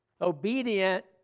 Obedient